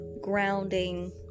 grounding